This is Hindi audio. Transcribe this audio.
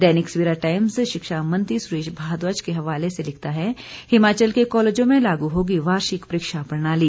दैनिक सवेरा टाइम्स शिक्षा मंत्री सुरेश भारद्वाज के हवाले से लिखता है हिमाचल के कॉलेजों में लागू होगी वार्षिक परीक्षा प्रणाली